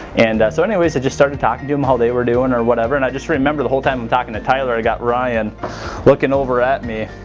and so anyways i just started talking to them how they were doing or whatever and i just remember the whole time i'm talking to tyler i got ryan looking over at me